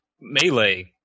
Melee